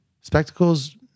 spectacles